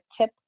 tip